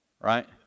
Right